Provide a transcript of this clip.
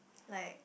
like